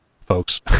folks